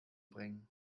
bringen